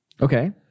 Okay